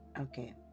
Okay